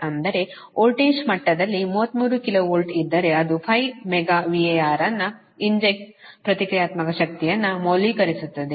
ಅಂದರೆ ವೋಲ್ಟೇಜ್ ಮಟ್ಟದಲ್ಲಿ 33 KV ಇದ್ದರೆ ಅದು 5 ಮೆಗಾ VAR ಅನ್ನು ಇಂಜೆಕ್ಟ್ಸ್ ಪ್ರತಿಕ್ರಿಯಾತ್ಮಕ ಶಕ್ತಿಯನ್ನು ಮೌಲ್ಯೀಕರಿಸುತ್ತದೆ ಮಾಡುತ್ತದೆ